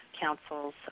councils